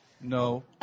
no